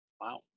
Wow